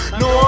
no